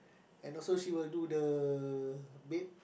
and also she will do the bed